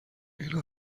اینا